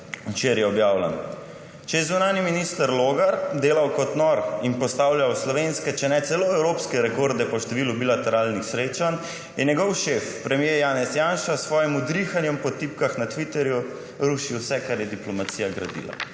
včeraj objavljen. »Če je zunanji minister Logar delal kot nor in postavljal slovenske, če ne celo evropske rekorde po številu bilateralnih srečanj, je njegov šef premier Janez Janša s svojim udrihanjem po tipkah na Twitterju rušil vse, kar je diplomacija gradila.«